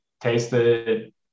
tasted